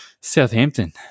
Southampton